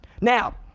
Now